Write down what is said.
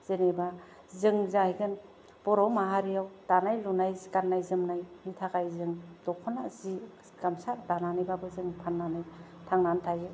जेन'बा जों जाहैगोन बर' माहारियाव दानाय लुनाय गाननाय जोमनायनि थाखाय जों द'खना जि गामसा दानानैबाबो जों थांनानै थायो